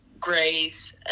Grace